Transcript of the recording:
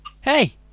Hey